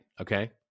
okay